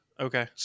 Okay